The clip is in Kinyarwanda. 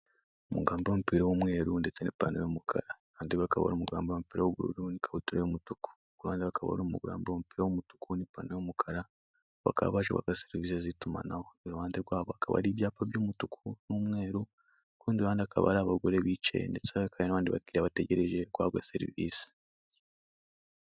Umugabo wambaye umupira w'umweru ndetse n'ipantaro y'umukara, undi we akaba ari umugabo wambaye umupira w'ubururu n'ikabutura y'umutuku. Kuruhande hakaba hari umugore wambaye umupira w'umutuku n'ipantaro y'umukara, bakaba baje kwaka serivise z'itumanaho. Iruhande rwabo hari ibyapa by'umutuku n'umweru, ku rundi ruhande hakaba hari abandi bagore bicaye ndetse hakaba hari n'abandi bakiriya bategereje guhabwa serivise.